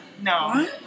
no